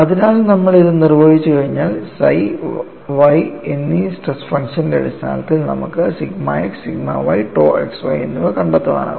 അതിനാൽ നമ്മൾ ഇത് നിർവചിച്ചുകഴിഞ്ഞാൽ psi Yഎന്നീ സ്ട്രെസ് ഫംഗ്ഷന്റെ അടിസ്ഥാനത്തിൽ നമുക്ക് sigma x sigma y tau xy എന്നിവ കണ്ടെത്താനാകും